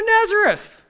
Nazareth